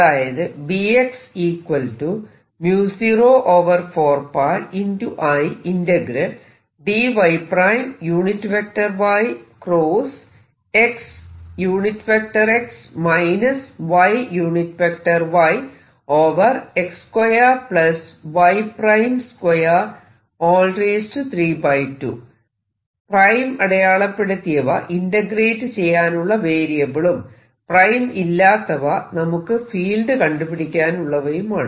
അതായത് പ്രൈം അടയാളപ്പെടുത്തിയവ ഇന്റഗ്രേറ്റ് ചെയ്യാനുള്ള വേരിയബിളും പ്രൈം ഇല്ലാത്തവ നമുക്ക് ഫീൽഡ് കണ്ടുപിടിക്കാനുള്ളവയുമാണ്